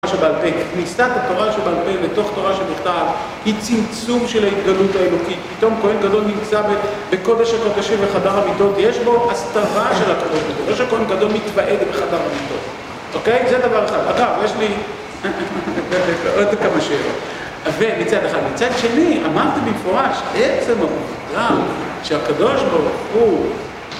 כניסת התורה שבעל פה לתוך תורה שבכתב היא צמצום של ההתגלות האלוקית. פתאום כהן גדול נמצא בקודש הקודשים בחדר המיטות יש פה השכבה של הכהן לא שהכהן הגדול מתוועד בחדר המיטות אוקיי? זה דבר אחד. אגב, יש לי עוד כמה שאלות. אז זה מצד אחד; מצד שני, אמרתי במפורש עצם העובדה שהקדוש ברוך הוא